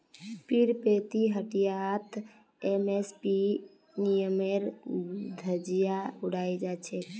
पीरपैंती हटियात एम.एस.पी नियमेर धज्जियां उड़ाई छेक